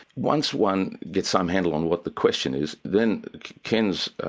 once one gets some handle on what the question is, then ken's